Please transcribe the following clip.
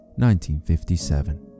1957